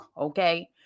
okay